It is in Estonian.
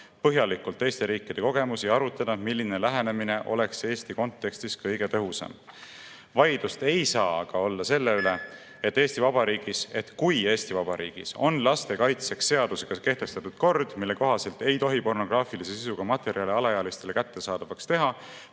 põhjalikult teiste riikide kogemusi ja arutada, milline lähenemine oleks Eesti kontekstis kõige tõhusam. Vaidlust ei saa aga olla selle üle: kui Eesti Vabariigis on laste kaitseks seadusega kehtestatud kord, mille kohaselt ei tohi pornograafilise sisuga materjale alaealistele kättesaadavaks teha,